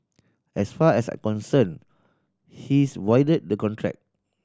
as far as I concerned he's voided the contract